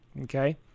okay